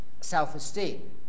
self-esteem